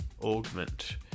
Augment